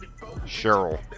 Cheryl